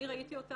אני ראיתי אותה,